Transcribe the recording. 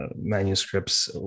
manuscripts